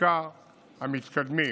החקיקה המתקדמים.